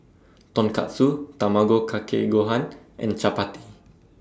Tonkatsu Tamago Kake Gohan and Chapati